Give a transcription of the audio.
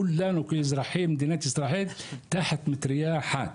כולנו כאזרחי מדינת ישראל תחת מטרייה אחת,